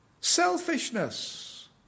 Selfishness